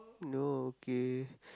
no okay